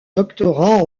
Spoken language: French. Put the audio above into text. doctorat